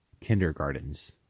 kindergartens